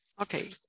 Okay